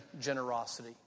generosity